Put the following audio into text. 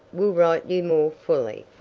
will write you more fully.